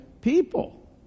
people